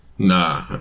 Nah